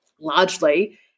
largely